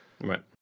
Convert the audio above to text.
right